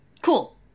Cool